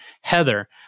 Heather